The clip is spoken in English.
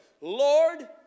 Lord